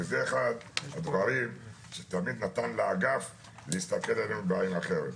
כי זה אחד הדברים שתמיד נתן לאגף להסתכל עלינו בעין אחרת.